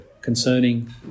concerning